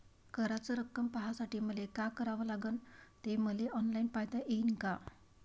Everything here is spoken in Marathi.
कराच रक्कम पाहासाठी मले का करावं लागन, ते मले ऑनलाईन पायता येईन का?